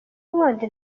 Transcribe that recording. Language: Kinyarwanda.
ubundi